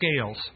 scales